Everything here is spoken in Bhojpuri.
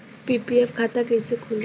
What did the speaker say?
पी.पी.एफ खाता कैसे खुली?